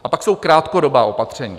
A pak jsou krátkodobá opatření.